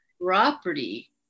Property